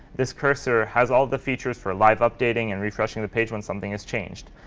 this cursor has all the features for live updating and refreshing the page when something has changed.